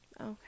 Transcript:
Okay